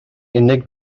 unig